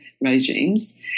regimes